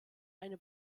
eine